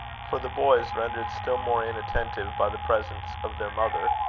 for the boys, rendered still more inattentive by the presence of their mother,